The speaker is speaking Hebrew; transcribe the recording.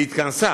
והיא התכנסה,